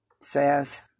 says